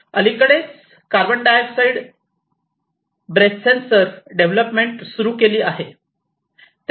आणि अलीकडेच carbon dioxide breath sensor development सुरू केली आहे